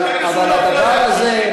אבל לדבר הזה,